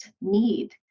need